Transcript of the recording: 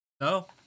No